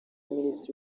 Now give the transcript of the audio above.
minisitiri